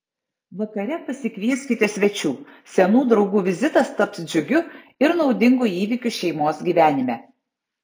vakare pasikvieskite svečių senų draugų vizitas taps džiugiu ir naudingu įvykiu šeimos gyvenime